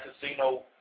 casino